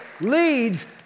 leads